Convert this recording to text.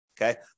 Okay